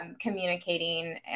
communicating